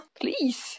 Please